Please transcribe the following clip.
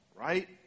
right